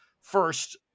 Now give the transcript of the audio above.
first